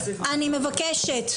אני מבקשת.